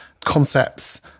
concepts